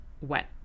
wet